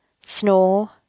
snore